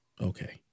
Okay